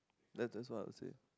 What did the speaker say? that that's what I would say